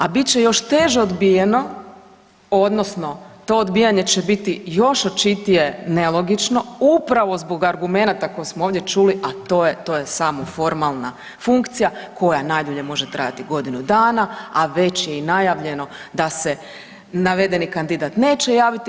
A bit će još teže odbijeno odnosno to odbijanje će biti još očitije nelogično upravo zbog argumenta koje smo ovdje čuli, a to je to je samo formalna funkcija koja najdulje može trajati godinu dana, a već je i najavljeno da se navedeni kandidat neće javiti.